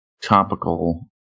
topical